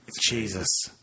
Jesus